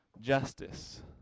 justice